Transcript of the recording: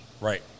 right